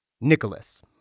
Nicholas